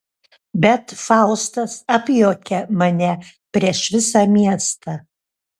bet faustas apjuokia mane prieš visą miestą